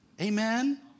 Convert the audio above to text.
Amen